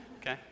Okay